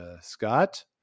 Scott